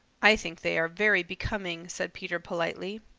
i think they are very becoming, said peter politely.